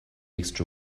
extra